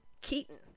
Keaton